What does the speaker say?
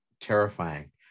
terrifying